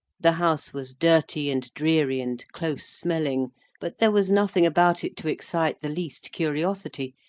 the house was dirty and dreary and close-smelling but there was nothing about it to excite the least curiosity,